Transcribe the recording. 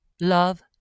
Love